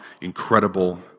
incredible